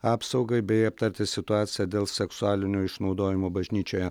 apsaugai bei aptarti situaciją dėl seksualinio išnaudojimo bažnyčioje